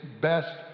best